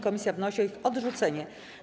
Komisja wnosi o ich odrzucenie.